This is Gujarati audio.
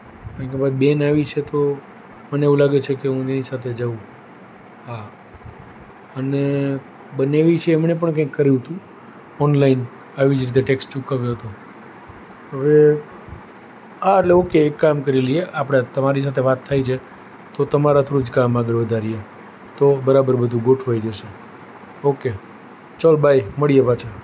કારણ કે બેન આવી છે તો મને એવું લાગે છે કે હું એની સાથે જુ જઉં હા અને બનેવી છે એમણે પણ કંઈક કર્યું હતું ઓનલાઈન આવી રીતે જ ટેક્સ ચૂકવ્યો તો હવે હા એટલે એક કામ કરી લઈએ આપણે તમારી સાથે વાત થઈ છે તો તમારા થ્રુ જ કામ આગળ વધારીએ તો બરાબર બધું ગોઠવાઈ જશે ઓકે ચલો બાય મળીએ પાછા